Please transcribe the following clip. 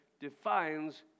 defines